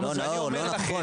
אני אומר לכם,